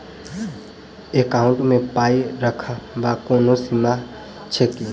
Account मे पाई रखबाक कोनो सीमा छैक की?